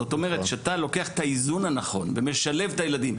זאת אומרת כשאתה לוקח את האיזון הנכון ומשלב את הילדים,